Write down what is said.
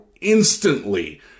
instantly